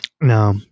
No